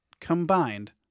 combined